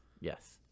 Yes